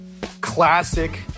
classic